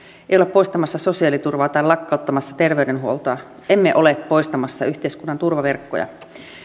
ei olla poistamassa sosiaaliturvaa tai lakkauttamassa terveydenhuoltoa emme ole poistamassa yhteiskunnan turvaverkkoja